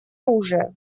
оружия